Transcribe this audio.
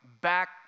back